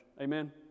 Amen